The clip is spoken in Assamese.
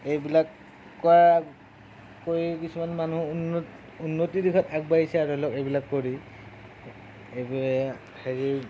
এইবিলাক ক কৰি কিছুমান মানুহ উন উন্নতিৰ দিশত আগবাঢ়িছে আৰু ধৰি লওঁক এইবিলাক কৰি এইদৰে হেৰি